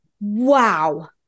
wow